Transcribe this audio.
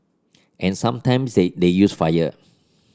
and sometimes they they use fire